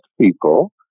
people